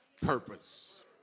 Purpose